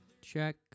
Check